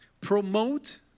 Promote